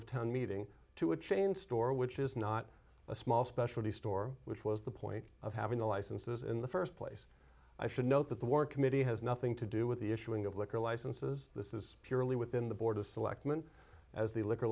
of town meeting to a chain store which is not a small specialty store which was the point of having the licenses in the first place i should note that the war committee has nothing to do with the issuing of liquor licenses this is purely within the board of selectmen as the liquor